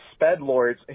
spedlords